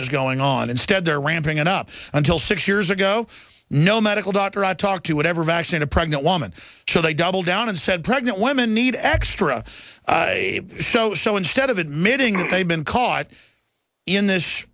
is going on instead they're ramping it up until six years ago no matter talk to whatever vaccine a pregnant woman so they doubled down and said pregnant women need extra dough so instead of admitting that they've been caught in this